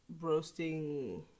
Roasting